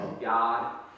God